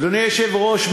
אדוני היושב-ראש,